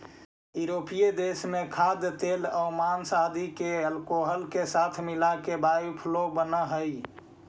यूरोपीय देश में खाद्यतेलआउ माँस आदि के अल्कोहल के साथ मिलाके बायोफ्यूल बनऽ हई